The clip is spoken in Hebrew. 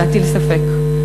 להטיל ספק.